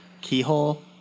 keyhole